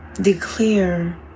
declare